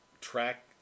track